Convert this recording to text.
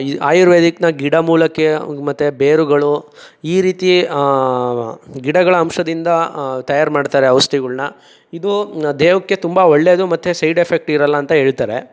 ಈ ಆಯುರ್ವೇದಿಕ್ನ ಗಿಡಮೂಲಿಕೆ ಮತ್ತು ಬೇರುಗಳು ಈ ರೀತಿ ಗಿಡಗಳ ಅಂಶದಿಂದ ತಯಾರು ಮಾಡ್ತಾರೆ ಔಷ್ದಿಗಳ್ನ ಇದು ದೇಹಕ್ಕೆ ತುಂಬ ಒಳ್ಳೇದು ಮತ್ತು ಸೈಡ್ ಎಫೆಕ್ಟಿರಲ್ಲ ಅಂತ ಹೇಳ್ತಾರೆ